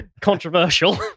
controversial